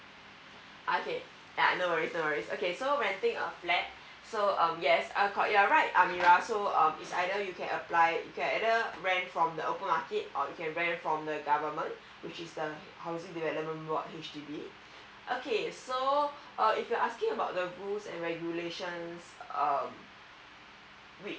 uh okay uh no worries no worries okay so renting a flat so um yes you're right amira so um it's either you can apply you can either rent from the open market or you can rent from the government which is um housing development board H_D_B um okay so uh if you're asking about the rules and regulations uh we